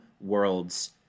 worlds